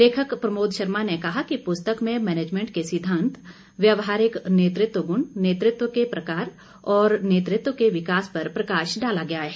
लेखक प्रमोद शर्मा ने कहा कि पुस्तक में मनेजमेंट के सिद्धांत व्यवहारिक नेतृत्व गुण नेतृत्व के प्रकार और नेतृत्व के विकास पर प्रकाश डाला गया है